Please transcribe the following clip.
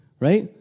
Right